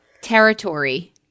territory